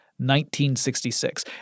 1966